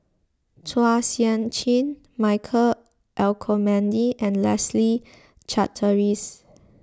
Chua Sian Chin Michael Olcomendy and Leslie Charteris